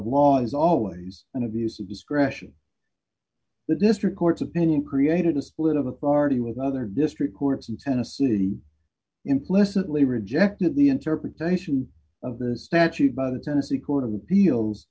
law is always an abuse of discretion the district court's opinion created a split of authority with other district courts in tennessee implicitly rejected the interpretation of the statute by the tennessee court o